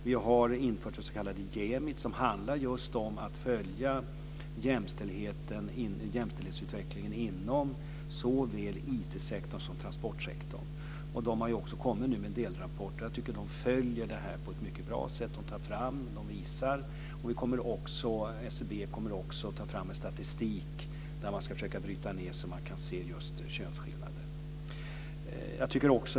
Vi har infört den s.k. Jämit, som handlar just om att följa jämställdhetsutvecklingen inom såväl IT-sektorn som transportsektorn. Det har kommit delrapporter, och frågan följs upp på ett bra sätt. SCB kommer också att ta fram statistik nedbruten på en nivå så att könsskillnader syns.